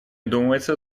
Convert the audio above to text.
думается